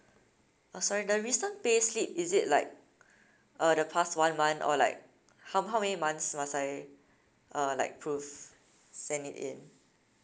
oh sorry the recent pay slip is it like uh the past one month or like how how many months must I uh like prove send it in